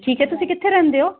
ਠੀਕ ਹੈਐ ਤੁਸੀਂ ਕਿੱਥੇ ਰਹਿੰਦੇ ਹੋ